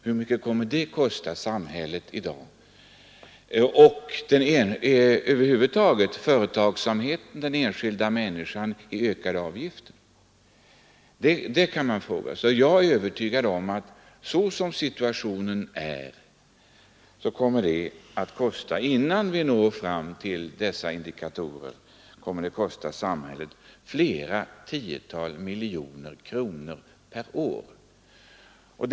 Hur mycket kommer det att kosta samhället, företagsamheten och den enskilda människan i ökade avgifter? Det kan man fråga sig. Jag är övertygad om att sådan som situationen är, och innan vi får dessa indikatorer, kommer det att kosta samhället flera tiotal miljoner årligen.